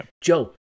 Joe